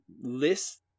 list